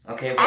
Okay